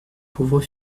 pauvre